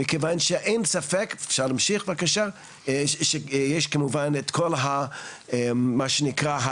מכיוון שאין ספק שיש כמובן את כל המה שנקרא,